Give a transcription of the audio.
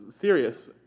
serious